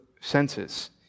senses